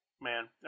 Man